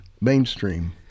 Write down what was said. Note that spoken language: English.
mainstream